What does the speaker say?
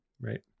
Right